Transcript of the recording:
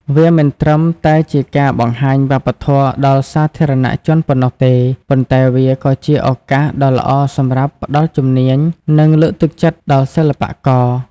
វាមិនត្រឹមតែជាការបង្ហាញវប្បធម៌ដល់សាធារណជនប៉ុណ្ណោះទេ ប៉ុន្តែវាក៏ជាឱកាសដ៏ល្អសម្រាប់ ផ្តល់ជំនាញ និងលើកទឹកចិត្តដល់សិល្បករ។